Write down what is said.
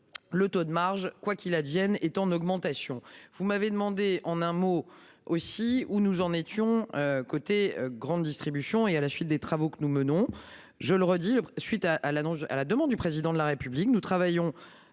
Le taux de marge quoi qu'il advienne, est en augmentation. Vous m'avez demandé. En un mot aussi où nous en étions côté grande distribution et à la suite des travaux que nous menons, je le redis le suite à l'annonce à la demande du président de la République nous travaillons.